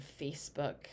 Facebook